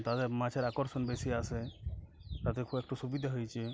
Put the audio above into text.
তাতে মাছের আকর্ষণ বেশি আসে তাতে খুব একটু সুবিধে হয়েছে